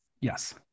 Yes